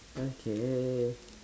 okay